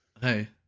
hey